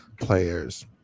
players